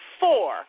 four